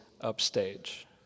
upstage